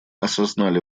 осознали